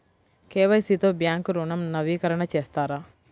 KYC తో bank ఋణం నవీకరణ చేస్తారా?